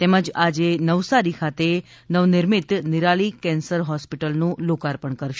તેમજ આજે નવસારી ખાતે નવનિર્મિત નિરાલી કેન્સર હોસ્પિટલનું લોકાર્પણ કરશે